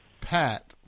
Pat